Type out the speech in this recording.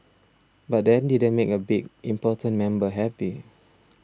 but that didn't make a big important member happy